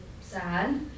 sad